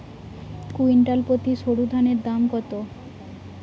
Quintal প্রতি সরুধানের দাম কত?